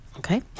Okay